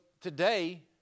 today